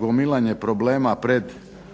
gomilanje problema pred Upravne